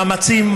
מאמצים,